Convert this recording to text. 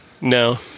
No